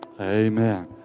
Amen